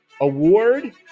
award